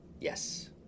Yes